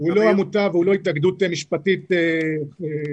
הוא לא עמותה והוא לא התאגדות משפטית תוקפת,